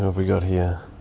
we got here.